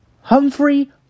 Humphrey